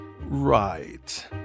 Right